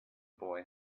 boy